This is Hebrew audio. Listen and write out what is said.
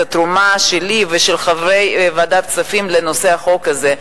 את התרומה שלי ושל חברי ועדת הכספים לנושא החוק הזה,